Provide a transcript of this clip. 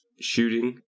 shooting